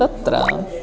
तत्र